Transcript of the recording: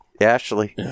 Ashley